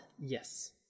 Yes